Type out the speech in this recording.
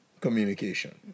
Communication